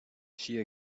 she